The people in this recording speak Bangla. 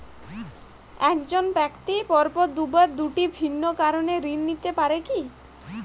এক জন ব্যক্তি পরপর দুবার দুটি ভিন্ন কারণে ঋণ নিতে পারে কী?